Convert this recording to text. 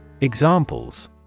Examples